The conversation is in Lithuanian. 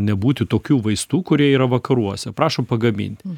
nebūti tokių vaistų kurie yra vakaruose prašom pagaminti